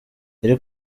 yari